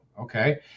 okay